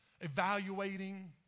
evaluating